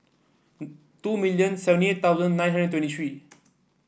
two million seventy eight thousand nine hundred twenty three